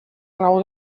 raó